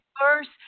first